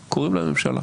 למה שלא נבחר מלך?